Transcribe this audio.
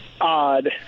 odd